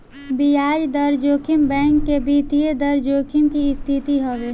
बियाज दर जोखिम बैंक के वित्तीय दर जोखिम के स्थिति हवे